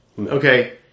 Okay